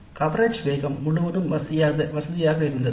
coverage வேகம் முழுவதும் வசதியாக இருந்தது